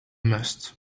must